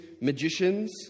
magicians